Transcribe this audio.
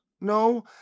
No